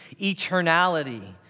eternality